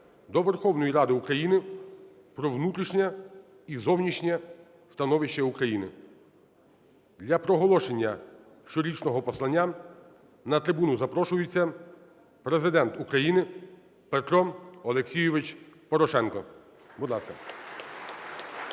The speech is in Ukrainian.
до Верховної Ради України про внутрішнє і зовнішнє становище України. Для проголошення щорічного послання на трибуну запрошується Президент України Петро Олексійович Порошенко. Будь ласка.